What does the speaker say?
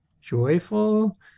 joyful